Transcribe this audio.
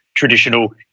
traditional